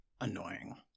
annoying